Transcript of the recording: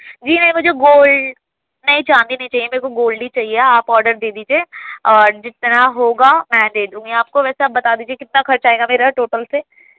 جی نہیں مجھے گولڈ نہیں چاندی نہیں چاہیے میرے کو گولڈ ہی چاہیے آپ آڈر دے دیجیے جس طرح ہوگا میں دے دوں گی آپ کو ویسے آپ بتا دیجیے کتنا خرچہ آئے گا میرا ٹوٹل سے